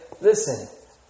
Listen